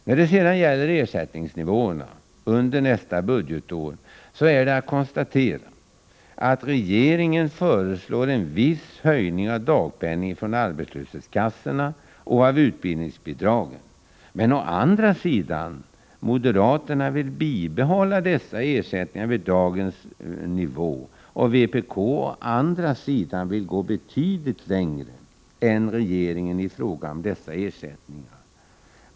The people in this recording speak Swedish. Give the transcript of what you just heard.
När det sedan gäller ersättningsnivåerna under nästa budgetår är det att konstatera, att regeringen föreslår en viss höjning av dagpenningen från arbetslöshetskassorna och av utbildningsbidragen, medan moderaterna å ena sidan vill bibehålla dessa ersättningar vid dagens nivå, och vpk å andra sidan vill gå betydligt längre än regeringen i fråga om ersättningarna.